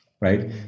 Right